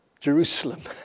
Jerusalem